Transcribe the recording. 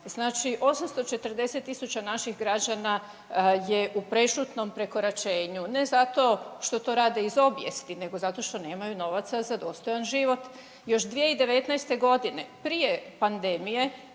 znači 840.000 naših građana je u prešutnom prekoračenju, ne zato što to rade iz obijesti nego zato što nemaju novaca za dostojan život. Još 2019.g. prije pandemije